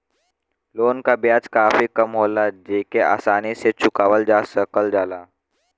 loan क ब्याज काफी कम होला जेके आसानी से चुकावल जा सकल जाला